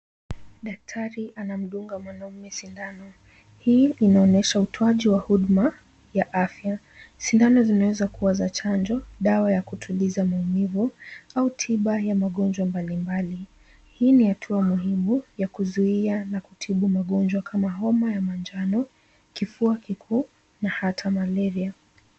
Daktari anamdunga mwanamme sindano, hii inaonyesha utoaji wa huduma ya afya, sindano zinaweza kua ya chanjo, dawa ya kutuliza maumivu au tiba ya magonjwa mbalimbali, hii ni hatua muhimu ya kuzuia na kutibu magonjwa kama homa ya manjano ,kifua kikuu na ata malaria .